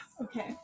Okay